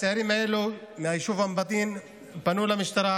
הצעירים האלה מהיישוב אום בטין פנו למשטרה